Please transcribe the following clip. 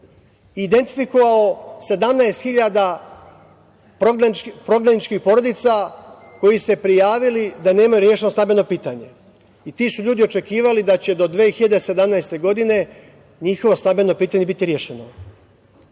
identifikovao je 17.000 prognanih porodica koji su se prijavili da nemaju rešeno stambeno pitanje. Ti ljudi su očekivali da će do 2017. godine njihova stambeno pitanje biti rešeno.